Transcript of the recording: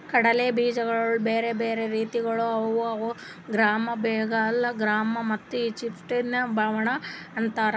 ಕಡಲೆ ಬೀಜಗೊಳ್ದು ಬ್ಯಾರೆ ಬ್ಯಾರೆ ರೀತಿಗೊಳ್ ಅವಾ ಅವು ಗ್ರಾಮ್, ಬೆಂಗಾಲ್ ಗ್ರಾಮ್ ಮತ್ತ ಈಜಿಪ್ಟಿನ ಬಟಾಣಿ ಅಂತಾರ್